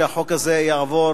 שהחוק הזה יעבור,